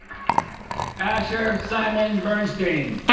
asher simon bernstein